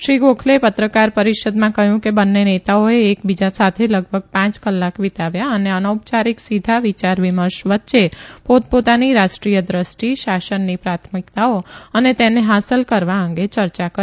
શ્રી ગોખલેએ પત્રકાર પરિષદમાં કહયું કે બંને નેતાઓએ એકબીજા સાથે લગભગ પાંચ કલાક વિતાવ્યા અને અનૌપચારિક સીધા વિયાર વિમર્શ વચ્ચે પોત પોતાની રાષ્ટ્રીય દૃષ્ટી શાસનની પ્રાથમિકતાઓ અને તેને હાંસલ કરવા અંગે ચર્ચા કરી